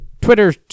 twitter